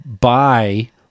buy